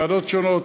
בוועדות שונות.